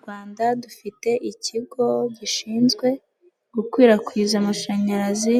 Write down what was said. Mu Rwanda dufite ikigo gishinzwe gukwirakwiza amashanyarazi